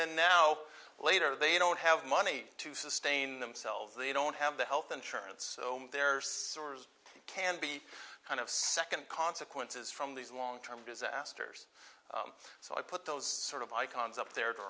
then now later they don't have money to sustain themselves they don't have the health insurance so there can be kind of second consequences from these long term disasters so i put those sort of icons up there